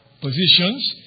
positions